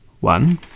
one